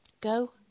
Go